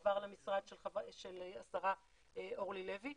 זה עבר למשרד של השרה אורלי לוי,